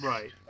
Right